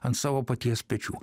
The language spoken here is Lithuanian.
ant savo paties pečių